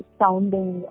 sounding